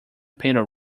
painted